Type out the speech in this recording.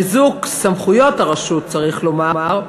חיזוק סמכויות הרשות, צריך לומר,